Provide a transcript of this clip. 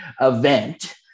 event